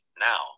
now